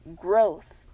growth